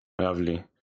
Lovely